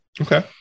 okay